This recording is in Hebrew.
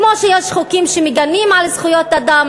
כמו שיש חוקים שמגינים על זכויות אדם,